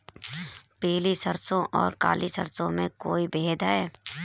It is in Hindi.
पीली सरसों और काली सरसों में कोई भेद है?